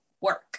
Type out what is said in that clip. work